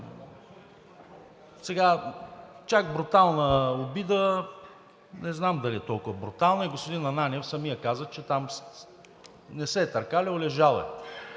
Чак брутална обида – не знам дали е толкова брутална. Господин Ананиев самият каза, че там не се е търкалял – лежал е.